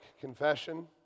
Confession